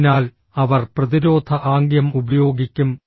അതിനാൽ അവർ പ്രതിരോധ ആംഗ്യം ഉപയോഗിക്കും